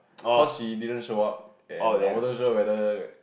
cause she didn't show up and I wasn't sure whether